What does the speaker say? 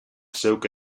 zeuk